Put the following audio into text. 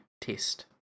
test